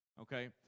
okay